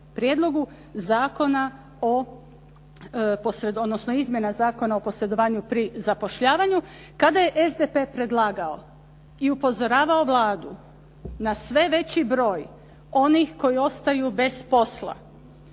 prijedlogu izmjena Zakona o posredovanju pri zapošljavanju. Kada je SDP predlagao i upozoravao Vladu na sve veći broj onih koji ostaju bez posla.